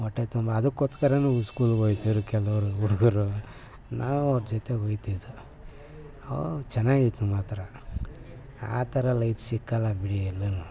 ಹೊಟ್ಟೆ ತುಂಬ ಅದಕ್ಕೋಸ್ಕರ ನಾವು ಸ್ಕೂಲ್ ಹೋಗ್ತಿದ್ರು ಕೆಲವ್ರು ಹುಡುಗರು ನಾವು ಅವ್ರ ಜೊತೆ ಹೊಗ್ತಿದ್ದು ಆವಾಗ ಚೆನ್ನಾಗಿತ್ತು ಮಾತ್ರ ಆ ಥರ ಲೈಫ್ ಸಿಕ್ಕೋಲ್ಲ ಬಿಡಿ ಎಲ್ಲೂನು